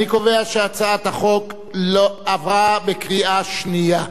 אני קובע שהצעת החוק עברה בקריאה שנייה.